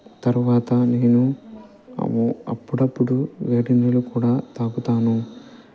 తర్వాత నేను అప్పుడప్పుడు వేడినీళ్ళు కూడా తాగుతాను